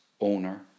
owner